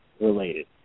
related